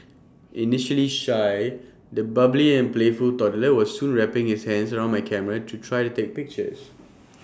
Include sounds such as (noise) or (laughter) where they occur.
initially shy the bubbly and playful toddler was soon wrapping his hands round my camera to try to take pictures (noise)